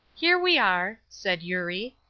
here we are, said eurie.